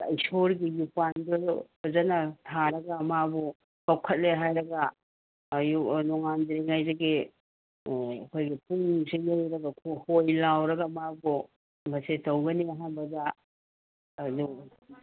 ꯏꯁꯣꯔꯒꯤ ꯌꯨꯄꯥꯟꯗꯨ ꯐꯖꯅ ꯊꯥꯔꯒ ꯃꯥꯕꯨ ꯀꯧꯈꯠꯂꯦ ꯍꯥꯏꯔꯒ ꯑꯌꯨꯛ ꯅꯣꯉꯥꯟꯗ꯭ꯔꯤꯉꯥꯏꯗꯒꯤ ꯑꯩꯈꯣꯏꯒꯤ ꯄꯨꯡꯁꯤ ꯌꯥꯔꯒꯀꯣ ꯍꯣꯏ ꯂꯥꯎꯔꯒ ꯃꯥꯕꯨ ꯃꯁꯤ ꯇꯧꯒꯅꯤ ꯑꯍꯥꯟꯕꯗ ꯑꯗꯨ